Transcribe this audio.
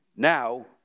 Now